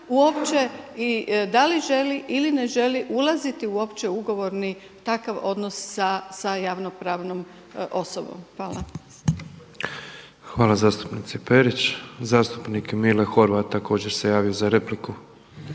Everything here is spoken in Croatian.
uopće i da li želi ili ne želi ulaziti uopće ugovorni u takav odnos sa javno pravnom osobom. Hvala. **Petrov, Božo (MOST)** Hvala zastupnici Perić. Zastupnik Mile Horvat također se javio za repliku.